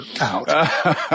out